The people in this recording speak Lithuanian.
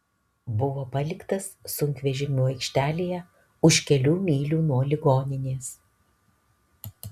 buvo paliktas sunkvežimių aikštelėje už kelių mylių nuo ligoninės